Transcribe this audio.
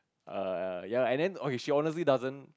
err ya lah and then okay she honestly doesn't